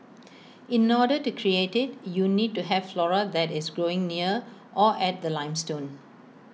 in order to create IT you need to have flora that is growing near or at the limestone